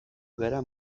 gara